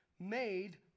made